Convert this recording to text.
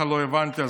לא הבנתי,